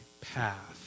path